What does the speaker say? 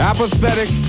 Apathetic